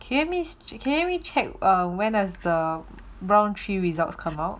can you help me can you help me check when does the ground three results come out